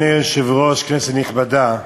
אדוני היושב-ראש, כנסת נכבדה,